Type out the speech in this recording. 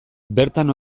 bertan